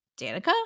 Danica